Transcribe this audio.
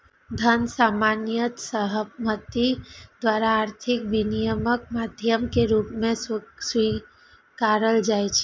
धन सामान्य सहमति द्वारा आर्थिक विनिमयक माध्यम के रूप मे स्वीकारल जाइ छै